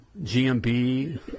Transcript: GMB